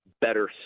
better